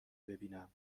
ببینم